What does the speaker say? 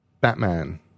Batman